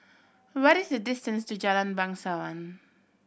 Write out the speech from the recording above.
what is the distance to Jalan Bangsawan